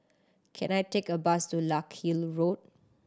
can I take a bus to Larkhill Road